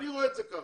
אני רואה את זה כך.